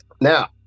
Now